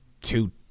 two